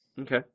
Okay